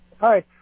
Hi